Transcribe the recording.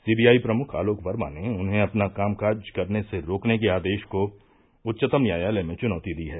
C B I प्रमुख आलोक वर्मा ने उन्हें अपना कामकाज करने से रोकने के आदेश को उच्चतम न्यायालय में चुनौती दी है